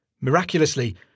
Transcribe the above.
Miraculously